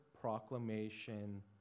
proclamation